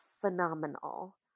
phenomenal